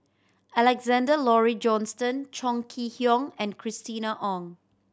Alexander Laurie Johnston Chong Kee Hiong and Christina Ong